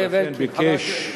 ולכן ביקש,